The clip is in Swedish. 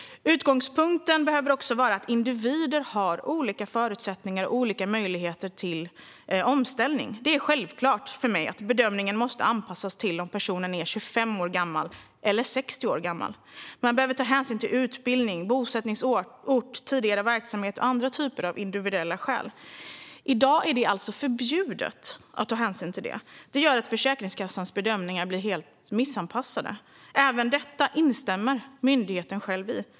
Utgångspunkten behöver också vara att individer har olika förutsättningar och olika möjligheter till omställning. Det är självklart för mig att bedömningen måste anpassas till om personen är 25 år gammal eller 60 år gammal. Man behöver ta hänsyn till utbildning, bosättningsort, tidigare verksamhet och andra typer av individuella skäl. I dag är det alltså förbjudet att ta hänsyn till detta. Det gör att Försäkringskassans bedömningar blir helt missanpassade. Även detta instämmer myndigheten själv i.